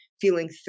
feeling